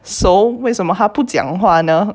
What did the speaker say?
so 为什么他不讲话呢